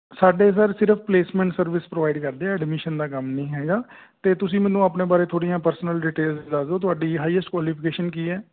ਸਾਡੇ ਸਰ ਸਿਰਫ਼ placement service provide ਕਰਦੇ ਹਾਂ ਐਡਮਿਸ਼ਨ ਦਾ ਕੰਮ ਨਹੀਂ ਹੈਗਾ ਅਤੇ ਤੁਸੀਂ ਮੈਨੂੰ ਆਪਣੇ ਬਾਰੇ ਥੋੜ੍ਹੀਆਂ ਪਰਸਨਲ ਡਿਟੇਲਜ਼ ਦੱਸ ਦਿਓ ਤੁਹਾਡੀ ਹਾਈਐਸਟ ਕੁਆਲੀਫਿਕੇਸ਼ਨ ਕੀ ਹੈ